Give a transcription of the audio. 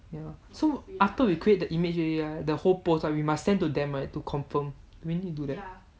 ya so after we create the image already right the whole post right we must send to them right to confirm we need to do that